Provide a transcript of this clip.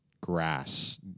grass